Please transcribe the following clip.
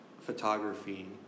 photography